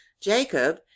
jacob